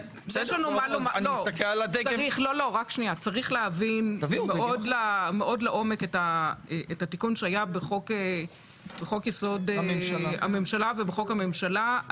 צריך להבין מאוד לעומק את התיקון שהיה בחוק-יסוד הממשלה ובחוק הממשלה.